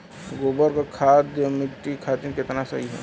गोबर क खाद्य मट्टी खातिन कितना सही ह?